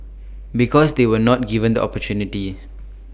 because they were not given the opportunity